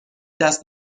دست